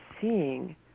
seeing